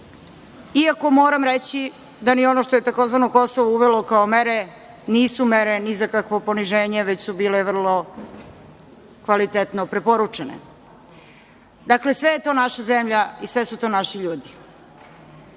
iako moram reći da i ono što je tzv. Kosovo uvelo kao mere, nisu mere ni za kakvo poniženje, već su bile vrlo kvalitetno preporučene. Dakle, sve je to naša zemlja i sve su to naši ljudi. Najpre